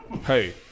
Hey